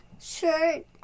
shirt